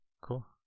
Cool